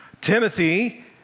Timothy